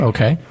Okay